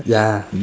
ya